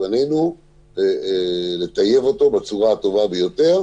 פנינו לטייב אותה בצורה הטובה ביותר.